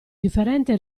differente